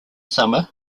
summer